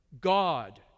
God